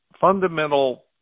fundamental